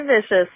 vicious